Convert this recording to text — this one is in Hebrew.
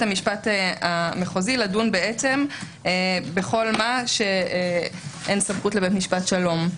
המשפט המחוזי לדון בכל מה שאין סמכות לבית משפט שלום.